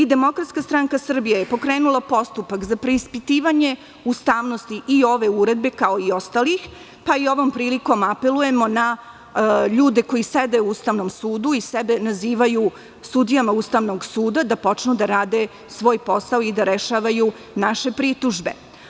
Demokratska stranka Srbije je pokrenula postupak za preispitivanje ustavnosti i ove uredbe, kao i ostalih, pa i ovom prilikom apelujemo na ljudi koji sede u Ustavnom sudu i sebe nazivaju sudijama Ustavnog suda da počnu da rade svoj posao i da rešavaju naše pritužbe.